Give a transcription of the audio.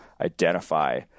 identify